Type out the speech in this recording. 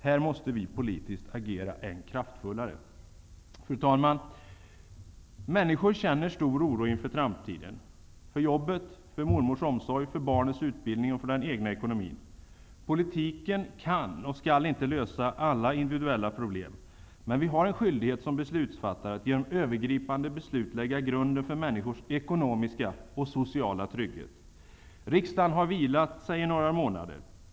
Här måste vi agera än mer kraftfullt politiskt. Fru talman! Människor känner stor oro inför framtiden -- för jobbet, för mormors omsorg, för barnens utbildning och för den egna ekonomin. Politiken kan och skall inte lösa alla individuella problem, men vi har en skyldighet som beslutsfattare att genom övergripande beslut lägga grunden för människors ekonomiska och sociala trygghet. Riksdagen har vilat sig i några månader.